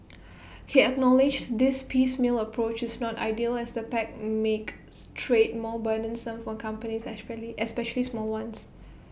he acknowledged this piecemeal approach is not ideal as the pacts makes trade more burdensome for companies especially small ones